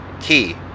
key